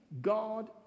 God